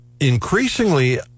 increasingly